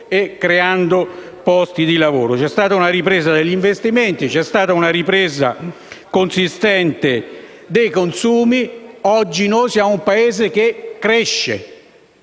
C'è stata una ripresa degli investimenti, una ripresa consistente dei consumi. Oggi siamo un Paese che cresce